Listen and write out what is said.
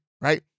right